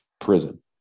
prison